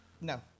No